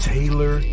Taylor